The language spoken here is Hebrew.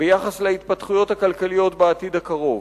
ביחס להתפתחויות הכלכליות בעתיד הקרוב.